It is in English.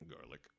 Garlic